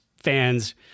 fans